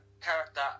character